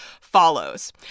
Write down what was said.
follows